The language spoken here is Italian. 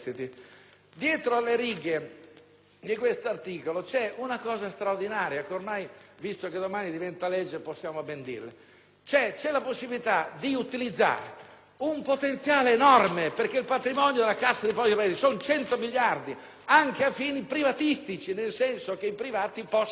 c'è una cosa straordinaria e ormai, visto che domani diventerà legge, possiamo ben dirlo: c'è la possibilità di utilizzare un potenziale enorme, perché il patrimonio della Cassa depositi e prestiti ammonta a 100 miliardi, anche a fini privatistici, nel senso che i privati possono attingere da questo istituto